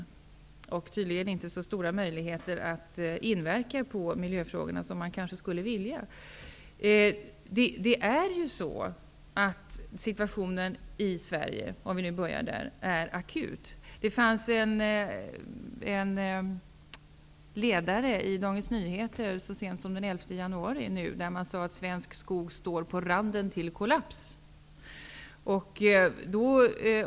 Man har tydligen inte så stora möjligheter att påverka miljöfrågorna som man kanske skulle vilja. Situationen i Sverige, om vi nu börjar där, är akut. Så sent som den 11 januari sades det i en ledare i Dagens Nyheter: Svensk skog står på randen till kollaps.